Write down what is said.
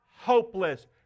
hopeless